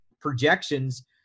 projections